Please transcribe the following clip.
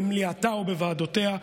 במליאתה ובוועדותיה,